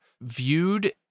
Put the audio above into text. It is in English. viewed